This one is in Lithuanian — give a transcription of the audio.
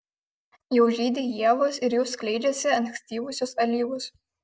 jau žydi ievos ir jau skleidžiasi ankstyvosios alyvos